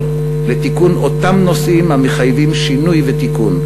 לתיקון אותם נושאים המחייבים שינוי ותיקון,